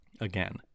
again